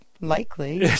likely